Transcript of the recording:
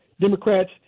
Democrats